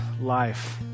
life